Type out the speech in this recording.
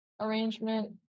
arrangement